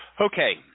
Okay